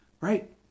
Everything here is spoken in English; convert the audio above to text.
Right